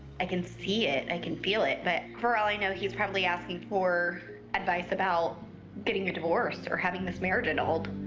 i can see it. i can feel it. but for all i know, he's probably asking for advice about getting a divorce or having this marriage annulled.